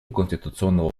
конституционного